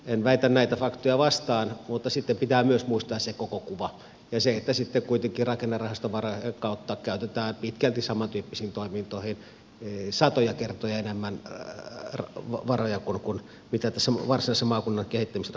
en väitä näitä faktoja vastaan mutta sitten pitää myös muistaa se koko kuva ja se että sitten kuitenkin rakennerahastovarojen kautta käytetään pitkälti samantyyppisiin toimintoihin satoja kertoja enemmän varoja kuin mistä tässä varsinaisessa maakunnan kehittämisrahassa on ollut kysymys